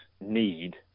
need